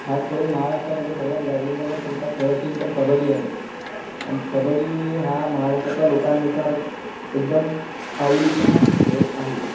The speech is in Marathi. खास करून महाराष्ट्रामध्ये सगळ्यात गाजलेला जर कोणता खेळ असेल तर कबड्डी आहे आणि कबड्डी हा महाराष्ट्रातल्या लोकांनुसार एकदम आवडीचा खेळ आहे